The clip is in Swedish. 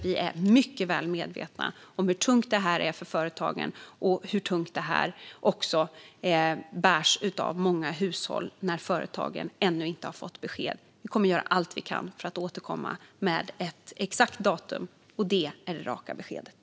Vi är mycket väl medvetna om hur tungt det här är för företagen och hur tungt det bärs av många hushåll när företagen ännu inte har fått besked. Vi kommer att göra allt vi kan för att återkomma med ett exakt datum. Det är det raka beskedet.